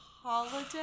Holiday